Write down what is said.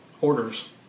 orders